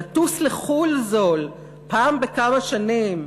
לטוס לחו"ל בזול פעם בכמה שנים,